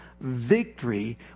victory